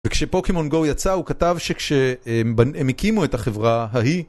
וכשפוקימון גו יצא הוא כתב שכשהם הקימו את החברה ההיא